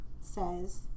says